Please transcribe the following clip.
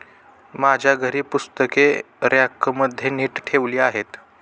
माझ्या घरी पुस्तके रॅकमध्ये नीट ठेवली आहेत